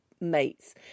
mates